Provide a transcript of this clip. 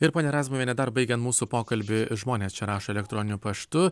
ir ponia razmuviene dar baigiant mūsų pokalbį žmonės čia rašo elektroniniu paštu